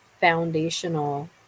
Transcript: foundational